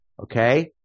Okay